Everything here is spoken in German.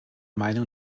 meinung